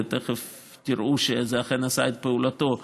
ותכף תראו שזה אכן עשה את פעולתו,